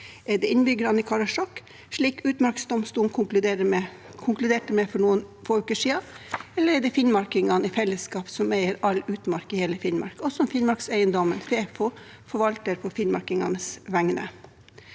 Er det innbyggerne i Karasjok, slik utmarksdomstolen konkluderte med for noen få uker siden, eller er det finnmarkingene i fellesskap som eier all utmark i hele Finnmark, og som Finnmarkseiendommen, FeFo, forvalter på finnmarkingenes vegne?